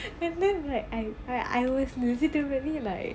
and then like I I I was legitimately like